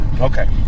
Okay